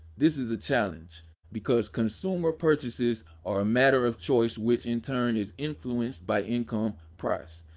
this is a challenge because consumer purchases are a matter of choice which in turn is influenced by income, price,